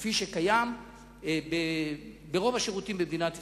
כפי שקיים ברוב השירותים במדינת ישראל?